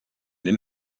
den